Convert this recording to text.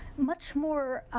much more, ah,